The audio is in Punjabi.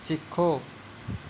ਸਿੱਖੋ